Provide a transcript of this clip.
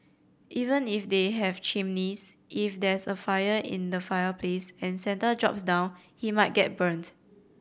even if they have chimneys if there's a fire in the fireplace and Santa drops down he might get burnt